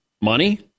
money